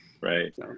right